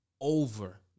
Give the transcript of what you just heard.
over